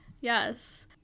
Yes